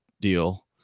deal